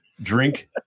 Drink